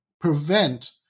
prevent